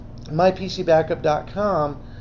MyPCBackup.com